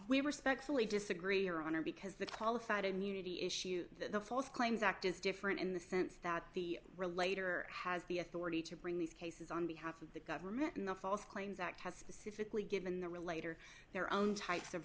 we respectfully disagree your honor because the qualified immunity issue the false claims act is different in the sense that the relator has the authority to bring these cases on behalf of the government in the false claims act has specifically given the relator their own types of